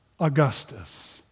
Augustus